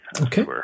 Okay